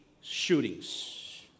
shootings